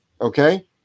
Okay